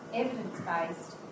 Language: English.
evidence-based